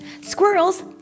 Squirrels